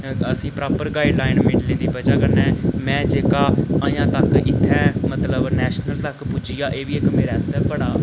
असें गी proper guideline मिलने दी वजह् कन्नै मैं जेह्का अजें तक्कर इत्थै मतलब नैशनल तक्कर पुज्जी गेआ एह् बी इक मेरे आस्तै बड़ा हौंसला